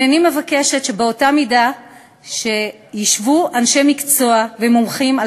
הנני מבקשת שבאותה מידה שישבו אנשי מקצוע ומומחים על